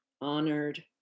honored